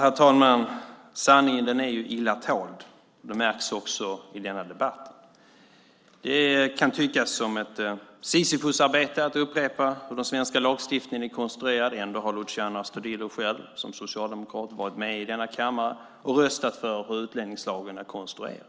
Herr talman! Sanningen är illa tåld. Det märks också i denna debatt. Det kan tyckas som ett Sisyfosarbete att upprepa hur den svenska lagstiftningen är konstruerad. Ändå har Luciano Astudillo själv som socialdemokrat varit med i denna kammare och röstat för hur utlänningslagen är konstruerad.